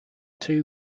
two